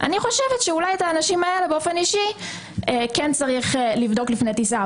אני חושבת שאת האנשים האלה צריך לבדוק לפני טיסה.